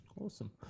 awesome